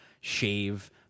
shave